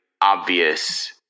obvious